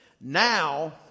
now